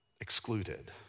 excluded